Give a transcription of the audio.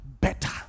better